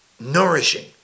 nourishing